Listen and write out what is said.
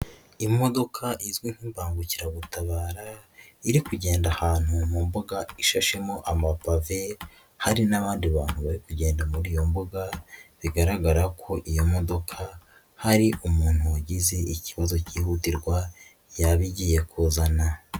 Imodoka izwi nk'imbangukiragutabara iri kugenda ahantu mu mbuga ishashemo amapave hari n'abandi bantu bari kugenda muri iyo mbuga bigaragara ko iyo modoka hari umuntu wagize ikibazo cyihutirwa yaba igiye kuzana.